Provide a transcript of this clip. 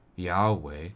Yahweh